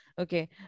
Okay